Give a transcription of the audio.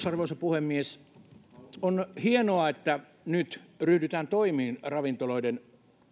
arvoisa puhemies on hienoa että nyt ryhdytään toimiin ravintoloiden